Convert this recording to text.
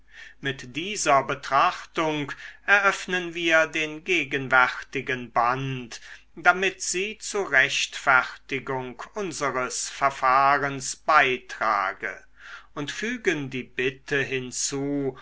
mit dieser betrachtung eröffnen wir den gegenwärtigen band damit sie zu rechtfertigung unseres verfahrens beitrage und fügen die bitte hinzu